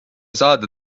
saada